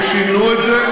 הם שינו את זה,